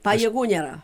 pajėgų nėra